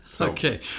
Okay